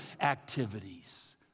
activities